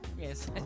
Yes